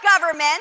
government